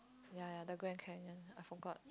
ya ya the Grand Canyon I forgot